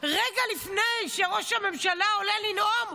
רגע לפני שראש הממשלה עולה לנאום,